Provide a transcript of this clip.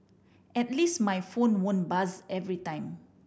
at least my phone won't buzz every time